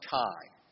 time